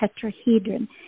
tetrahedron